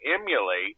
emulate